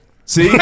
See